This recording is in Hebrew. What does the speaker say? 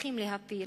צריכים להפיל,